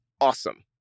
awesome